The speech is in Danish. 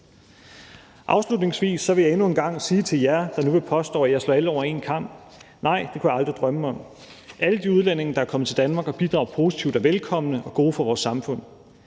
Afslutningsvis vil jeg endnu engang sige til jer, der nu vil påstå, at jeg skærer alle over en kam: Nej, det kunne jeg aldrig drømme om. Alle de udlændinge, der er kommet til Danmark og bidrager positivt, er velkomne og gode for vores samfund.